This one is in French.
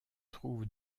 trouve